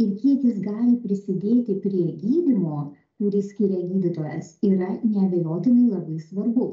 ir kiek jis gali prisidėti prie gydymo kurį skiria gydytojas yra neabejotinai labai svarbu